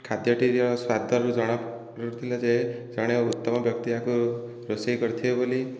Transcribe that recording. ଖାଦ୍ୟଟିର ସ୍ୱାଦ ରୁ ଜଣା ପଡ଼ୁଥିଲା ଯେ ଜଣେ ଉତ୍ତମ ବ୍ୟକ୍ତି ୟାକୁ ରୋଷେଇ କରିଥିବେ ବୋଲି